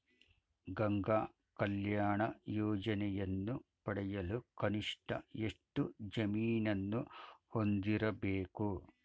ಗಂಗಾ ಕಲ್ಯಾಣ ಯೋಜನೆಯನ್ನು ಪಡೆಯಲು ಕನಿಷ್ಠ ಎಷ್ಟು ಜಮೀನನ್ನು ಹೊಂದಿರಬೇಕು?